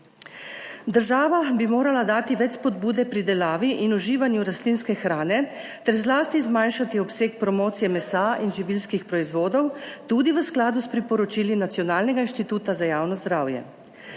Država bi morala dati več spodbude pridelavi in uživanju rastlinske hrane, ter zlasti zmanjšati obseg promocije mesa in živilskih proizvodov tudi v skladu s priporočili Nacionalnega inštituta za javno zdravje.